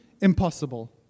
impossible